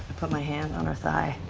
put my hand on her thigh.